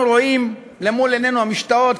אנחנו רואים למול עינינו המשתאות,